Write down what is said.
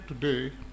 today